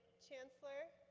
chancellor,